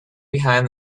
behind